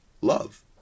love